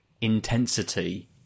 intensity